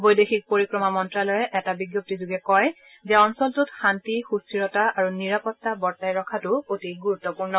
বৈদেশিক পৰিক্ৰমা মন্ত্যালয়ে এটা বিজ্ঞপ্তিত কয় যে অঞ্চলটোত শাস্তি সুস্থিৰতা আৰু নিৰাপত্তা বৰ্তাই ৰখাটো অতি গুৰুত্বপূৰ্ণ